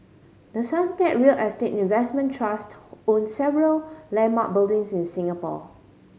the Suntec real estate investment trust owns several landmark buildings in Singapore